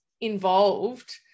involved